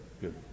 Good